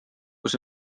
kus